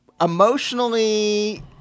emotionally